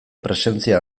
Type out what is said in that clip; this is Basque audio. presentzia